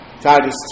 Titus